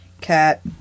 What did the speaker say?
Cat